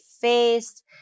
faced